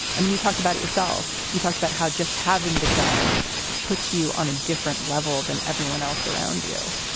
i mean, you talked about it yourself. you talked about how just having the gun puts you on a different level than everyone else around you